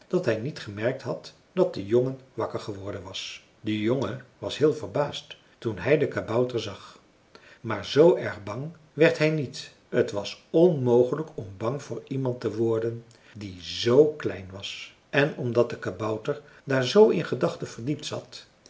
dat hij niet gemerkt had dat de jongen wakker geworden was de jongen was heel verbaasd toen hij den kabouter zag maar zoo erg bang werd hij niet t was onmogelijk om bang voor iemand te worden die zoo klein was en omdat de kabouter daar zoo in gedachten verdiept zat